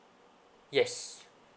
yes